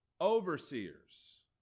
overseers